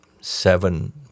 seven